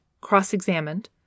cross-examined